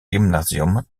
gymnasium